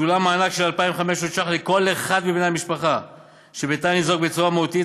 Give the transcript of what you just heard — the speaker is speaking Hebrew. שולם מענק של 2,500 שקלים לכל אחד מבני משפחה שביתה ניזוק בצורה מהותית,